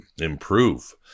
improve